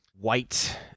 white